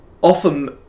often